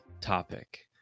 topic